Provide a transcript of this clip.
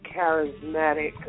charismatic